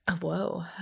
Whoa